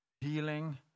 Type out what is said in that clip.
healing